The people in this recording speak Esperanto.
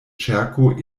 ĉerko